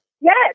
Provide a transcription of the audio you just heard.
yes